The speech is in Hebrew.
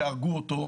שהרגו אותו,